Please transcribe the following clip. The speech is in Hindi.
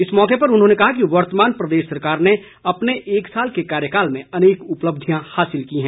इस मौके पर उन्होंने कहा कि वर्तमान प्रदेश सरकार ने अपने एक साल के कार्यकाल में अनेक उपलब्धियां हासिल की हैं